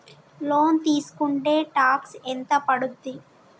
Loan తీస్కుంటే tax ఎంత పడ్తుంది?